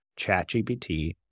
ChatGPT